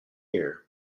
year